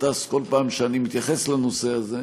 גטאס כל פעם שאני מתייחס לנושא הזה,